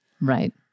Right